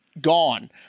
gone